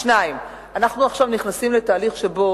2. אנחנו נכנסים עכשיו לתהליך שבו